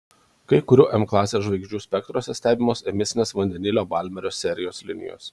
kai kurių m klasės žvaigždžių spektruose stebimos emisinės vandenilio balmerio serijos linijos